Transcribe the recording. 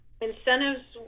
Incentives